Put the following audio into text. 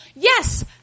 Yes